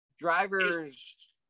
Drivers